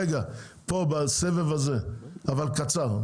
רגע, פה בסבב הזה, אבל קצר.